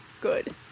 good